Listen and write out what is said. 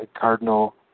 Cardinal